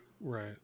Right